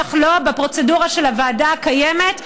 בטח לא בפרוצדורה של הוועדה הקיימת,